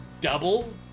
double